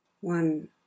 one